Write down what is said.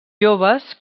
joves